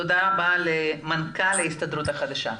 תודה רבה למנכ"ל ההסתדרות החדשה.